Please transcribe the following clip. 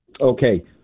Okay